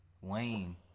Wayne